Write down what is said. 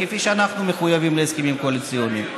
כפי שאנחנו מחויבים להסכמים קואליציוניים.